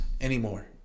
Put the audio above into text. anymore